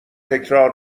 تکرار